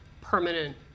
permanent